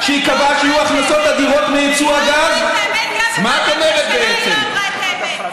אבל גם בוועדת כלכלה היא לא אמרה את האמת.